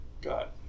got